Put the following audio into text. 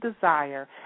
desire